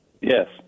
Yes